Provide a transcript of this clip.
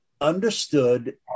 understood